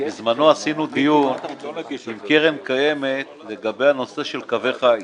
בזמנו עשינו דיון עם קרן קיימת לגבי הנושא של קווי חיץ.